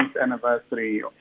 anniversary